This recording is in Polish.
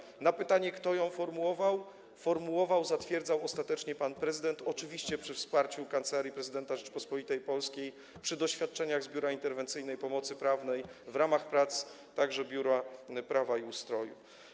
Odpowiedź na pytanie, kto ją formułował: Formułował, zatwierdzał ostatecznie pan prezydent, oczywiście przy wsparciu Kancelarii Prezydenta Rzeczypospolitej Polskiej, w związku z doświadczeniami z Biura Interwencyjnej Pomocy Prawnej, także w ramach prac Biura Prawa i Ustroju.